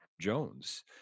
Jones